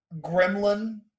gremlin